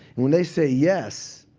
and when they say yes,